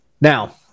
Now-